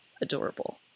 adorable